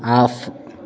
off